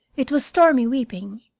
it was stormy weeping,